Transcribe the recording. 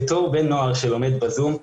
כבן נוער שלומד ב-זום,